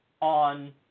on